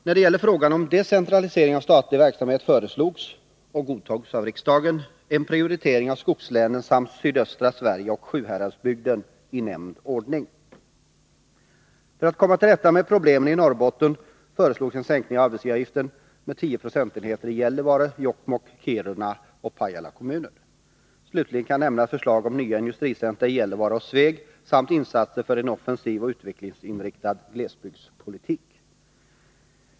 När det gäller frågan om decentralisering av statlig verksamhet föreslogs — och godtogs av riksdagen —en prioritering av skogslänen samt sydöstra Serige och Sjuhäradsbygden i nämnd ordning. För att komma till rätta med problemen i Norrbotten föreslogs en sänkning av arbetsgivaravgiften med 10 procentenheter i Gällivare, Jokkmokk, Kiruna och Pajala kommuner. Slutligen kan nämnas förslag om nya industricentra i Gällivare och Sveg samt insatser för en offensiv och utvecklingsinriktad glesbygdspolitik.